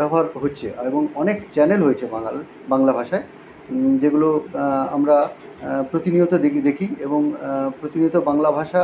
ব্যবহার হচ্ছে এবং অনেক চ্যানেল হয়েছে বাঙাল বাংলা ভাষায় যেগুলো আমরা প্রতিনিয়ত ডেলি দেখি এবং প্রতিনিয়ত বাংলা ভাষা